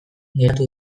geratu